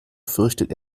fürchtet